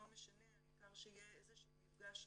לא משנה העיקר שיהיה איזה שהוא מפגש רציף.